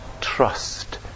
trust